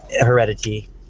heredity